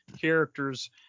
characters